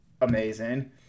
amazing